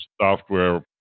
software